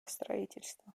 строительства